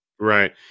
Right